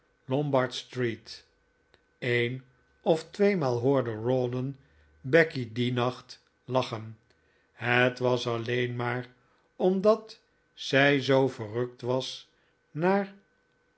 een of tweemaal hoorde rawdon becky dien nacht lachen het was alleen maar omdat zij zoo verrukt was naar